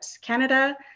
Canada